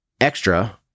extra